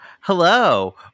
Hello